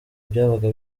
byabaga